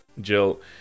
Jill